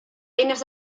eines